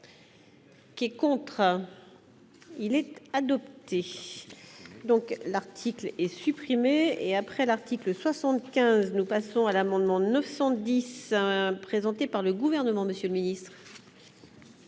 Qui est contraint, il est adopté, donc, l'article est supprimée et après l'article 75, nous passons à l'amendement 910 présenté par le gouvernement, Monsieur le Ministre.